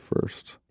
first